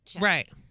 Right